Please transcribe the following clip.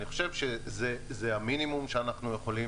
אני חושב שזה המינימום שאנחנו יכולים